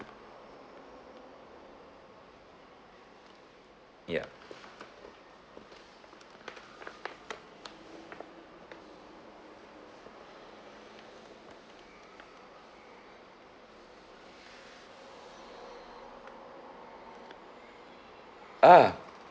ya ah